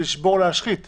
לשבור או להשחית דשא,